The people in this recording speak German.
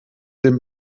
den